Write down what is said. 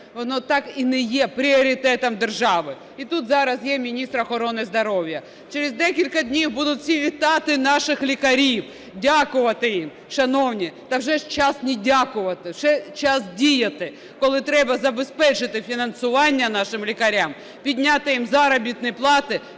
воно так і не є пріоритетом держави. І тут зараз є міністр охорони здоров'я. Через декілька днів будуть всі вітати наших лікарів, дякувати їм. Шановні, так вже ж час не дякувати, вже час діяти, коли треба забезпечити фінансування нашим лікарям, підняти їм заробітні плати.